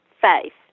faith